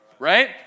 right